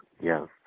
Yes